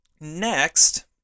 next